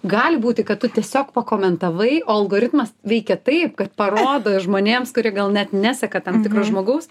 gali būti kad tu tiesiog pakomentavai o algoritmas veikia taip kad parodo žmonėms kurie gal net neseka tam tikra žmogaus